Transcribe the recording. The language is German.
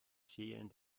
schälen